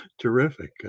terrific